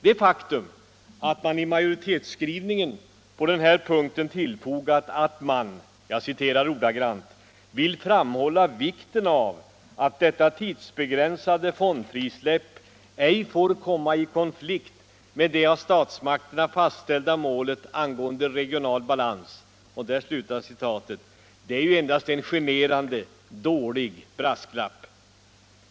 Det faktum att man i majoritetsskrivningen på denna punkt tillfogat att man vill ”framhålla vikten av att detta tidsbegränsade fondfrisläpp ej får komma i konflikt med det av statsmakterna fastställda målet angående regional balans” är ju endast en generande dålig brasklapp.